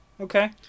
Okay